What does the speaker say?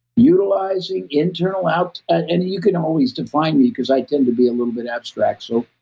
utilizing internal out. and you can always define because i tend to be a little bit abstract. so,